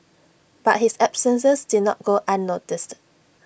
but his absences did not go unnoticed